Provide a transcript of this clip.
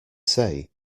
say